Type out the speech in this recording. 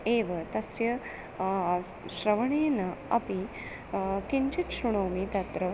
एव तस्य श्रवणेन अपि किञ्चित् शृणोमि तत्र